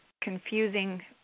confusing